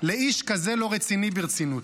לאיש כזה לא רציני ברצינות.